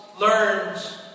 learns